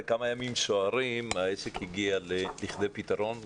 כמה ימים סוערים העסק הגיע לכדי פתרון.